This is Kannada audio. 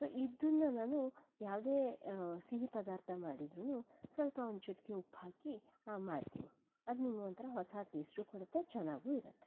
ಸೊ ಇದನ್ನು ನಾನು ಯಾವುದೇ ಸಿಹಿ ಪದಾರ್ಥ ಮಾಡಿದರೂನು ಸ್ವಲ್ಪ ಒಂದು ಚಿಟಿಕೆ ಉಪ್ಪು ಹಾಕಿ ಮಾಡ್ತೀನಿ ಅದು ನಿಮಗೊಂಥರ ಹೊಸ ಟೇಸ್ಟೂ ಕೊಡುತ್ತೆ ಚೆನ್ನಾಗೂ ಇರುತ್ತೆ